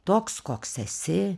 toks koks esi